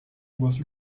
was